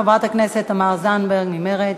חברת הכנסת תמר זנדברג ממרצ.